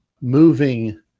moving